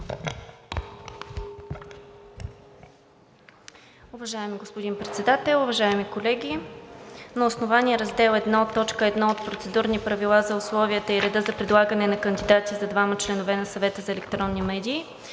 Уважаеми господин Председател, уважаеми колеги! Във връзка с непълнота на приетите процедурни правила за условията и реда за предлагане на кандидати за двама членове на Съвета за електронни медии,